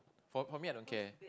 for for me I don't care